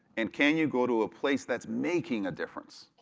and can you go to a place that's making a difference?